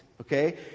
okay